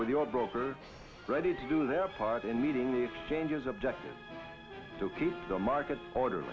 with your broker ready to do their part in meeting the exchanges object to keep the market order